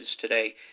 today